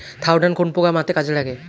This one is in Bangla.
থাওডান কোন পোকা মারতে কাজে লাগে?